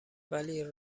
ولی